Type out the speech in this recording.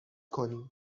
کنیم